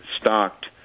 stocked